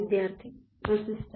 വിദ്യാർത്ഥി റെസിസ്റ്റർ